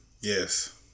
Yes